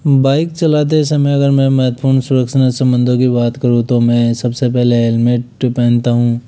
bike चलाते समय अगर मैं महत्वपुर्ण सुरक्षा सम्बन्धों की बात करूँ तो मैं सबसे पहले हेल्मेट पहनता हूँ